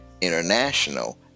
international